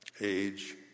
Age